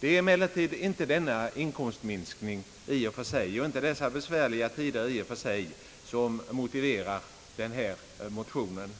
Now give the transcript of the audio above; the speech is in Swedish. Det är emellertid inte denna inkomstminskning och dessa besvärliga tider i och för sig som föranlett motionen,